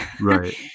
Right